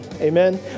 Amen